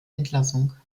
entlassung